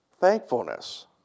Thankfulness